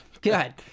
good